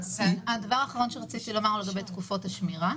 הדבר האחרון שרציתי לומר הוא לגבי תקופות השמירה.